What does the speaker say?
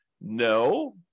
No